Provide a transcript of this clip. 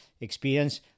experience